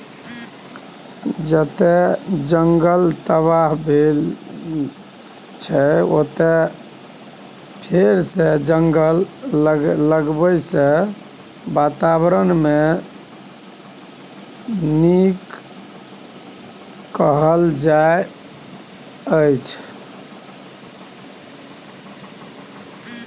जतय जंगल तबाह भेल रहय ओतय फेरसँ जंगल लगेलाँ सँ बाताबरणकेँ नीक कएल जा सकैए